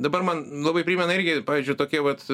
dabar man labai primena irgi pavyzdžiui tokie vat